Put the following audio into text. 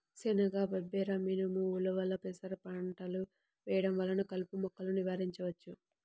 శనగ, బబ్బెర, మినుము, ఉలవలు, పెసర పంటలు వేయడం వలన కలుపు మొక్కలను నివారించవచ్చు